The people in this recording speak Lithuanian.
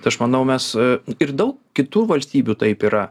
tai aš manau mes ir daug kitų valstybių taip yra